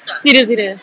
serious serious